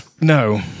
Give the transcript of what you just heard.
No